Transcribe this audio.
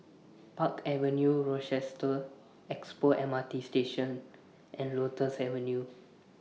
Park Avenue Rochester Expo M R T Station and Lotus Avenue